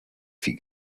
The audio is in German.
viel